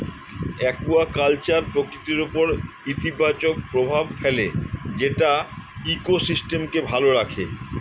aquaculture প্রকৃতির উপর ইতিবাচক প্রভাব ফেলে যেটা ইকোসিস্টেমকে ভালো রাখে